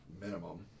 Minimum